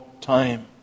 time